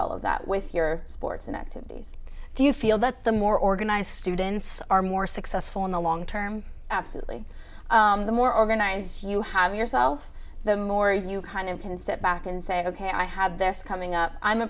all of that with your sports and activities do you feel that the more organized students are more successful in the long term absolutely the more organized you have yourself the more you kind of can step back and say ok i have this coming up i'm a